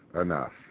enough